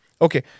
Okay